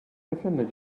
offended